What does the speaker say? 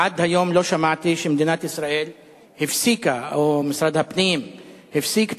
עד היום לא שמעתי שמדינת ישראל הפסיקה או שמשרד הפנים הפסיק את